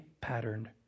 patterned